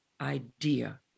idea